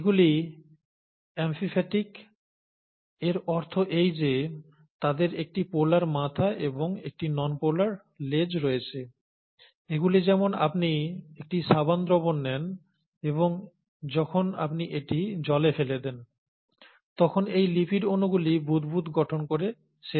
এগুলি এম্পিফ্যাটিক এর অর্থ এই যে তাদের একটি পোলার মাথা এবং একটি নন পোলার লেজ রয়েছে এগুলি যেমন আপনি একটি সাবান দ্রবণ নেন এবং যখন আপনি এটি জলে ফেলে দেন তখন এই লিপিড অণুগুলি বুদবুদ গঠন করে শেষ হবে